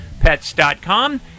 pets.com